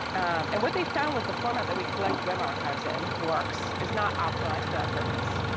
and what they found was the format that we collect web archives in, works, is not optimized for that purpose.